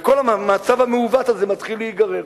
וכל המצב המעוות הזה מתחיל להיגרר.